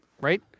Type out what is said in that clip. right